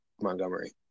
Montgomery